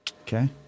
Okay